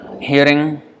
hearing